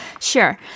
sure